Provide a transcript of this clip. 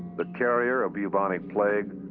the carrier of bubonic plague,